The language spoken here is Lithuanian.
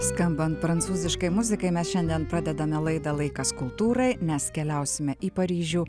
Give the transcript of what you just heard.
skambant prancūziškai muzikai mes šiandien pradedame laidą laikas kultūrai nes keliausime į paryžių